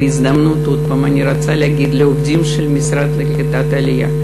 בהזדמנות זו אני שוב רוצה להגיד לעובדים של המשרד לקליטת העלייה: